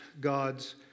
God's